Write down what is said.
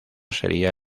sería